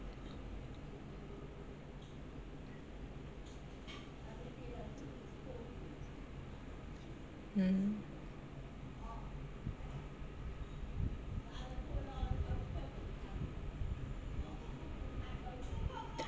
mm